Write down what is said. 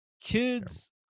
kids